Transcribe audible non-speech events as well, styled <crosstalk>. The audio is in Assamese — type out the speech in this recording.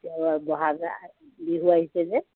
<unintelligible> ব'হাগ বিহু আহিছে যে